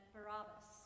Barabbas